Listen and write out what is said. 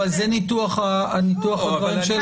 אבל זה ניתוח הדברים של חברת הכנסת לסקי.